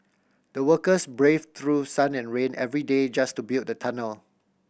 the workers braved through sun and rain every day just to build the tunnel